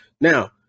now